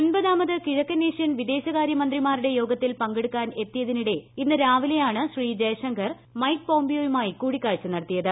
ഒൻപതാമത് കിഴക്കനേഷ്യൻ വിദേശകാര്യമന്ത്രിമാരുടെ യോഗത്തിൽ പങ്കെടുക്കാൻ എത്തിയതിനിടെ ഇന്ന് രാവിലെയാണ് ശ്രീ ജയ്ശങ്കർ മൈക്ക് പോംപിയോയുമായി കൂടിക്കാഴ്ച നടത്തിയത്